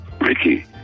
Ricky